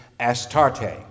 Astarte